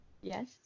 Yes